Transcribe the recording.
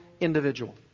individual